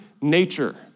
nature